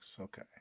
Okay